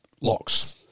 locks